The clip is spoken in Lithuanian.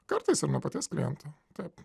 kartais ir nuo paties kliento taip